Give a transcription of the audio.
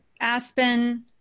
Aspen